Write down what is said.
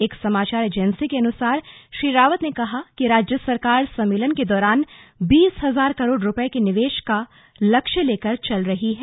एक समाचार एजेंसी के अनुसार श्री रावत ने कहा कि राज्य सरकार सम्मेलन के दौरान बीस हजार करोड़ रुपये के निवेश का लक्ष्य लेकर चल रही है